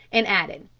and added,